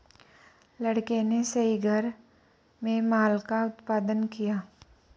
लड़के ने सही घर में माल का उत्पादन किया